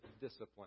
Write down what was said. discipline